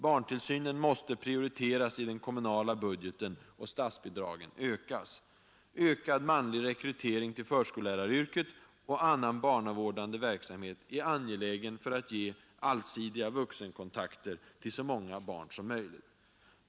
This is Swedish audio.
Barntillsynen måste prioriteras i den kommunala budgeten och statsbidragen ökas. Ökad manlig rekrytering till förskolläraryrket och annan barnavårdande verksamhet är angelägen för att ge allsidiga vuxenkontakter till så många barn som möjligt.